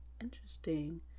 Interesting